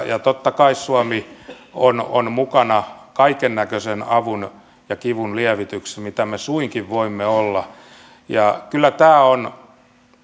ja totta kai suomi on on mukana kaikennäköisessä avussa ja kivunlievityksessä missä me suinkin voimme olla kyllä tämä on